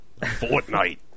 Fortnite